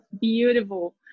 beautiful